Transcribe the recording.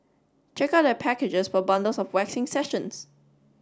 check out their packages for bundles of waxing sessions